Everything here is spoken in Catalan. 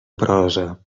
prosa